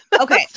okay